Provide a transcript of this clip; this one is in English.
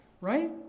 Right